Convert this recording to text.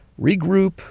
regroup